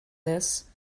this